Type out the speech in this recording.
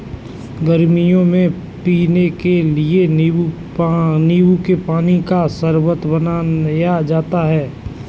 गर्मियों में पीने के लिए नींबू के पानी का शरबत बनाया जाता है